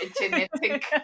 genetic